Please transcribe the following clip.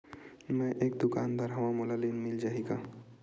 मै एक दुकानदार हवय मोला लोन मिल जाही?